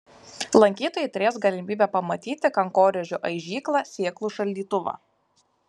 lankytojai turės galimybę pamatyti kankorėžių aižyklą sėklų šaldytuvą